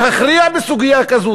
להכריע בסוגיה כזאת,